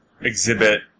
exhibit